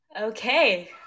Okay